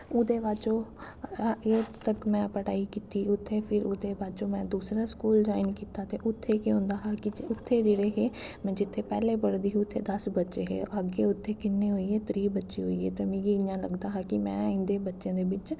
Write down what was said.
ओह्दे बाद च ओह् एठथ तक पढ़ाई कीती ओह्दे बाद उत्थें फिर ओह्दे बाद च में दूसरा स्कूल ज्वाईन कीता ते उत्थें केह् होंदा हा कि उत्थें जेह्ड़े हे में जित्थें पैह्लें पढ़दी ही उत्थें दस बच्चे हे अग्गें उत्थें किन्ने होई गे त्रीह् बच्चे होई गे ते मिगी इ'यां लगदा हा में कि इं'दे बच्चें दे बिच्च